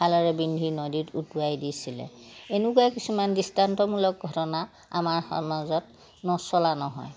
খালেৰে বিন্ধি নদীত উটুৱাই দিছিলে এনেকুৱা কিছুমান দৃষ্টান্তমূলক ঘটনা আমাৰ সমাজত নচলা নহয়